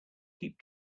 keep